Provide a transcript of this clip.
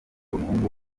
umuhungu